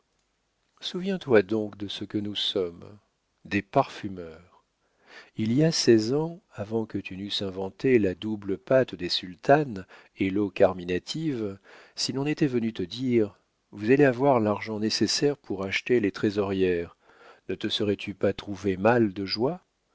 souviens-toi donc de ce que nous sommes des parfumeurs il y a seize ans avant que tu n'eusses inventé la double pate des sultanes et l'eau carminative si l'on était venu te dire vous allez avoir l'argent nécessaire pour acheter les trésorières ne te serais-tu pas trouvé mal de joie